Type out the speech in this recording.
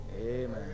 Amen